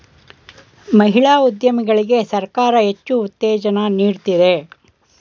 ಮಹಿಳಾ ಉದ್ಯಮಿಗಳಿಗೆ ಸರ್ಕಾರ ಹೆಚ್ಚು ಉತ್ತೇಜನ ನೀಡ್ತಿದೆ